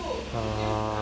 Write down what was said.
err